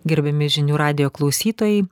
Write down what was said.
gerbiami žinių radijo klausytojai